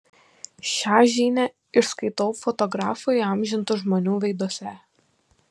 šią žinią išskaitau fotografų įamžintų žmonių veiduose